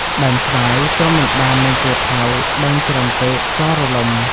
ដើមស្វាយ ទ្រាំមិនបាននឹងពូថៅ-ដឹងច្រើនពេក ក៏រលំ ។